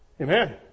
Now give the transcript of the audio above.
Amen